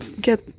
get